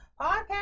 podcast